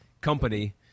company